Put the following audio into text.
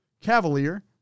Cavalier